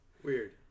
Weird